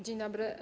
Dzień dobry.